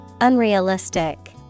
Unrealistic